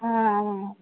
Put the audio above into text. ஆ ஆ